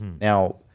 Now